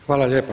Hvala lijepa.